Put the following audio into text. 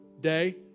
Day